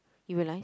you realize